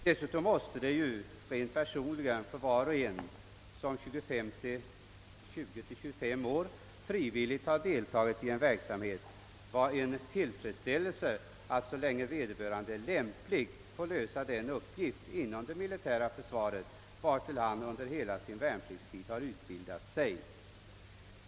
Dessutom måste det rent personligt för var och en som 20—25 år frivilligt har deltagit i en verksamhet innebära en tillfredsställelse att så länge han är lämplig få lösa den uppgift inom det militära försvaret vartill han under hela sin värnpliktstid har utbildat sig.